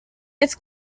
its